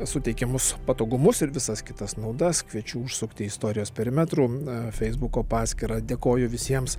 suteikiamus patogumus ir visas kitas naudas kviečiu užsukti į istorijos perimetrų a feisbuko paskyrą dėkoju visiems